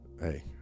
hey